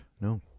No